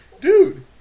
dude